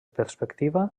perspectiva